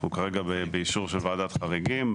אנחנו כרגע באישור של ועדת חריגים.